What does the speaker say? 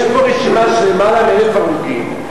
יש פה רשימה של למעלה מ-1,000 הרוגים.